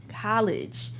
college